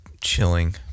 chilling